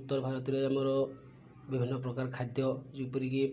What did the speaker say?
ଉତ୍ତର ଭାରତରେ ଆମର ବିଭିନ୍ନ ପ୍ରକାର ଖାଦ୍ୟ ଯେପରିକି